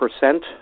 percent